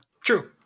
True